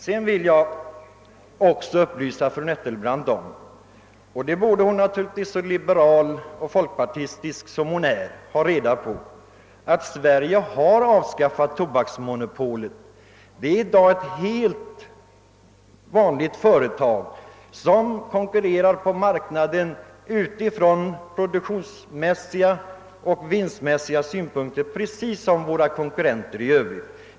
Jag vill också upplysa fru Nettelbrandt om — vilket hon så liberal och folkpartistisk som hon är borde ha reda på — att Sverige avskaffat tobaksmonopolet. Svenska tobaks aktiebolaget är ett helt vanligt företag som konkurrerar på vanliga produktionsoch vinstvillkor med andra företag.